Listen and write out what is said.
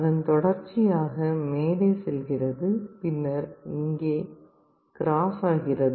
அதன் தொடர்ச்சியாக மேலே செல்கிறது பின்னர் இங்கே கிராஸ் ஆகிறது